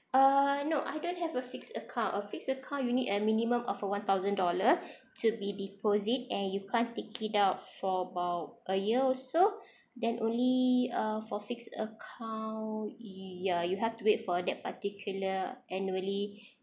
uh no I don't have a fix account a fix account you need a minimum of one thousand dollar to be deposit and you can't take it out for about a year or so then only uh for fix account ya you have to wait for that particular annually